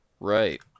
Right